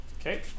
Okay